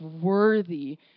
worthy